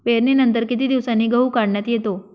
पेरणीनंतर किती दिवसांनी गहू काढण्यात येतो?